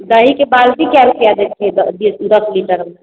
दहीके बाल्टी कै रुपै दै छियै दश लीटरमे